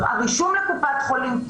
הרישום לקופת חולים.